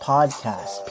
Podcast